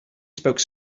spoke